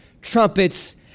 trumpets